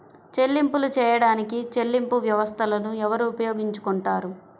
చెల్లింపులు చేయడానికి చెల్లింపు వ్యవస్థలను ఎవరు ఉపయోగించుకొంటారు?